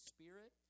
Spirit